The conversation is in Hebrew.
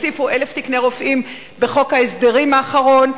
בחוק ההסדרים האחרון.